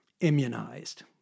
immunized